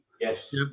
Yes